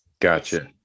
Gotcha